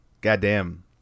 Goddamn